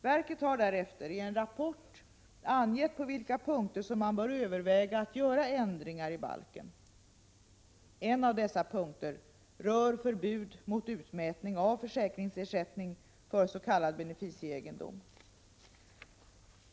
Verket har därefter i en rapport angett på vilka punkter som man bör överväga att göra ändringar i balken. En av dessa punkter rör förbud mot utmätning av försäkringsersättning för s.k. beneficieegendom.